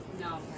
No